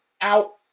out